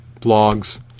blogs